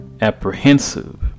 apprehensive